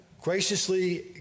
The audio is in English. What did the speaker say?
graciously